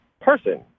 person